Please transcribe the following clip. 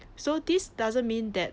so this doesn't mean that